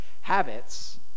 habits